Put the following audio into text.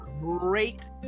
Great